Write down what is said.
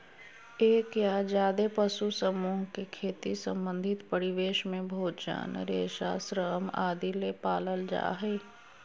एक या ज्यादे पशु समूह से खेती संबंधित परिवेश में भोजन, रेशा, श्रम आदि ले पालल जा हई